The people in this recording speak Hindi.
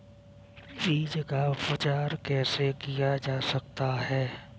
बीज का उपचार कैसे किया जा सकता है?